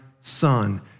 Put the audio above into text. son